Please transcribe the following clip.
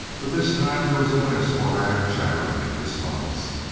but this time there was only a sporadic chattering in response.